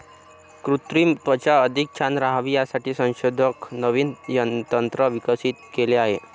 कृत्रिम त्वचा अधिक छान राहावी यासाठी संशोधक नवीन तंत्र विकसित केले आहे